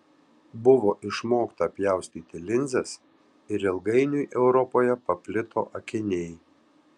buvo išmokta pjaustyti linzes ir ilgainiui europoje paplito akiniai